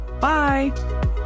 Bye